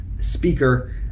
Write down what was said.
speaker